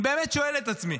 אני באמת שואל את עצמי.